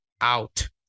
out